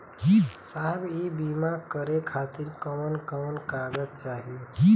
साहब इ बीमा करें खातिर कवन कवन कागज चाही?